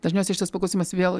dažniausiai šitas paklausimas vėl